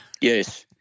Yes